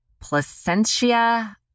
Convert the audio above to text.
placentia